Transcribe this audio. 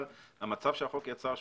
אבל המצב שהחוק יצר,